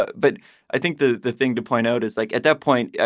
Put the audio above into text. but but i think the the thing to point out is, like at that point, yeah